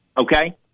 Okay